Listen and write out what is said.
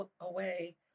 away